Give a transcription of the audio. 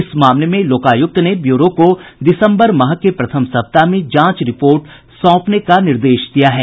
इस मामले में लोकायुक्त ने ब्यूरो को दिसम्बर माह के प्रथम सप्ताह में जांच रिपोर्ट सौंपने का निर्देश दिया है